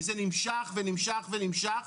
וזה נמשך ונמשך ונמשך.